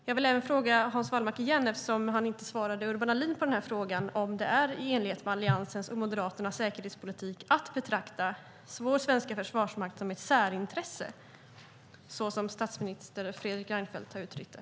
Jag vill även fråga Hans Wallmark en gång till - eftersom han inte svarade Urban Ahlin på denna fråga - om det är i enlighet med Alliansens och Moderaternas säkerhetspolitik att betrakta vår svenska försvarsmakt som ett särintresse, såsom statsminister Fredrik Reinfeldt har uttryckt det.